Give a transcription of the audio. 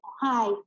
Hi